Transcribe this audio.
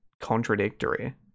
contradictory